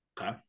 Okay